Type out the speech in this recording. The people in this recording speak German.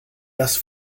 das